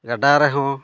ᱜᱟᱰᱟ ᱨᱮᱦᱚᱸ